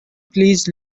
please